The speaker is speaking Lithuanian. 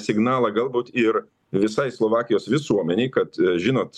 signalą galbūt ir visai slovakijos visuomenei kad žinot